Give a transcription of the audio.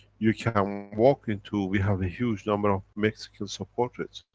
you can walk into, we have a huge number of mexican supporters,